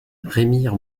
remire